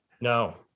no